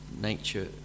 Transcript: nature